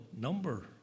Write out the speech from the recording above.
number